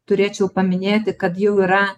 turėčiau paminėti kad jau yra